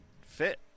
fit